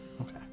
Okay